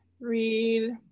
read